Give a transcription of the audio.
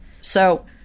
So-